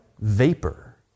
vapor